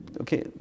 okay